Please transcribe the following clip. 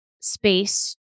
space